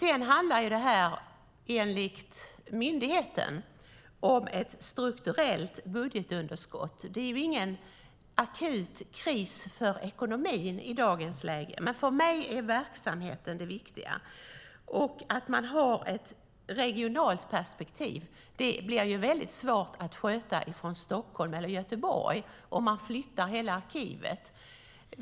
Enligt myndigheten handlar detta om ett strukturellt budgetunderskott, men det är ingen akut kris för ekonomin i dagens läge. För mig är verksamheten det viktiga och att man har ett regionalt perspektiv. Det blir svårt att sköta detta från Stockholm och Göteborg, om man flyttar hela arkivet.